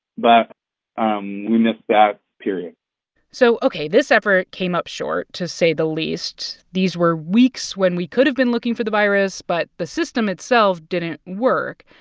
but um we missed that period so, ok, this effort came up short, to say the least. these were weeks when we could have been looking for the virus, but the system itself didn't work.